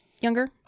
younger